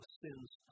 sin's